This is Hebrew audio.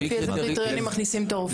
לפי איזה קריטריונים מכניסים את הרופאים?